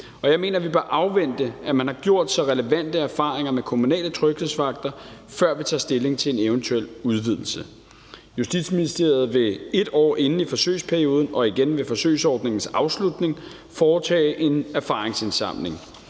Jeg mener, at vi bør afvente, at man har gjort sig relevante erfaringer med kommunale tryghedsvagter, før vi tager stilling til en eventuel udvidelse. Justitsministeriet vil 1 år inde i forsøgsperioden og igen ved forsøgsordningens afslutning foretage en erfaringsindsamling,